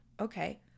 Okay